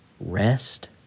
rest